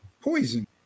poison